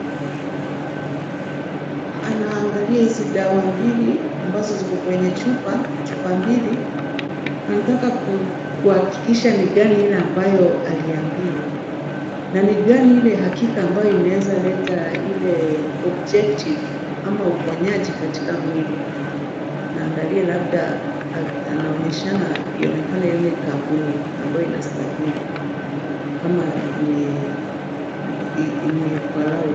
Anaangalia hizi dawa mbili, ambazo ziko kwenye chupa, chupa mbili, anataka kuhakikisha ni gani ile ambayo aliambiwa na ni gani ile hakika ambayo inaweza leta ile objective ama uponyaji katika mwili. Anaangalia labda anaonyeshana ionekane lini kampuni, ambayo inastahili. Kama imekua allowed .